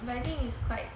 but I think it's quite